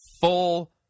full